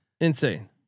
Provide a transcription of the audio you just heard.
Insane